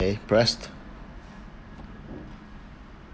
okay press